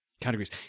categories